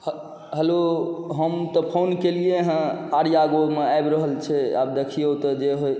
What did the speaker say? hello हम तऽ phone केलिए हँ आर्या गोमे आबि रहल छै आब देखिऔ तऽ जे होइ